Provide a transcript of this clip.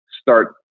start